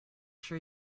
sure